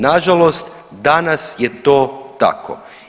Nažalost danas je to tako.